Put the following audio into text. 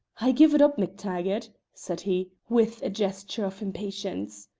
i give it up, mactaggart, said he, with a gesture of impatience.